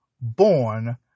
born